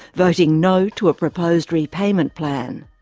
voting no to a proposed repayment plan.